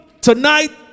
tonight